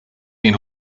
den